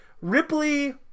ripley